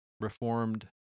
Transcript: reformed